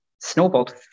snowballed